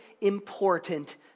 important